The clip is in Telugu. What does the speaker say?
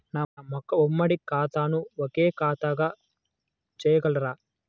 నా యొక్క ఉమ్మడి ఖాతాను ఒకే ఖాతాగా చేయగలరా?